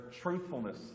truthfulness